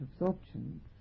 absorptions